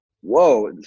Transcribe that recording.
whoa